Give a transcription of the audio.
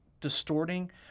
distorting